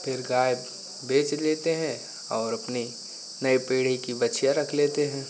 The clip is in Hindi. फिर गाय बेच लेते हैं और अपनी नई पीढ़ी की बछिया रख लेते हैं